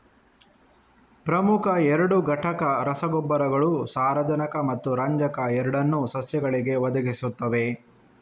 ಪ್ರಮುಖ ಎರಡು ಘಟಕ ರಸಗೊಬ್ಬರಗಳು ಸಾರಜನಕ ಮತ್ತು ರಂಜಕ ಎರಡನ್ನೂ ಸಸ್ಯಗಳಿಗೆ ಒದಗಿಸುತ್ತವೆ